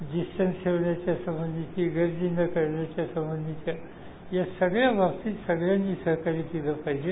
distance ठेवण्याची गर्दी न करण्याच्या संबंधीच्या या सगळ्या बाबतीत सगळ्यांनी सहकार्य केलं पाहिजे